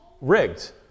rigged